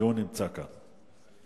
שנמצא כאן.